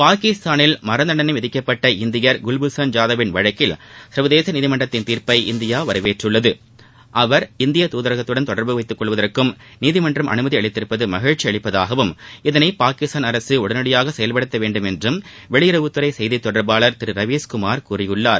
பாகிஸ்தாளில் மரண தண்டனை விதிக்கப்பட்ட இந்தியர் குவ்பூஷன் ஜாதவின் வழக்கில் சர்வதேச நீதிமன்றத்தின் தீர்ப்பை இந்தியா வரவேற்றுள்ளது அவர் இந்திய தூதரகத்துடன் தொடர்பு வைத்துக் கொள்வதற்கும் நீதிமன்றம் அனுமதி அளித்திருப்பது மகிழ்ச்சி அளிப்பதாகவும் இதனை பாகிஸ்தான் அரசு உடனடியாக செயவ்படுத்த வேண்டும் என்றும் வெளியுறவுத் துறை செய்தித் தொடர்பாளர் திரு ரவீஸ்குமார் கூறியுள்ளார்